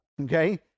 Okay